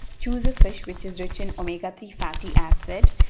choose a fish which is rich in omega three fatty acid.